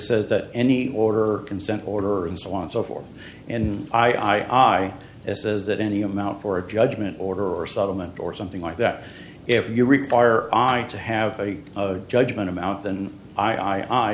says that any order consent order and so on and so forth and i i says that any amount for a judgment order or settlement or something like that if you require to have a judgment amount than i i